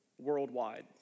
worldwide